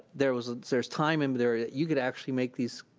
there was there's time in there that you could actually make these,